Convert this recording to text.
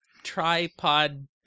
tripod